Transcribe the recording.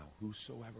whosoever